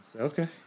Okay